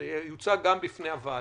שיוצג גם בפני הוועדה,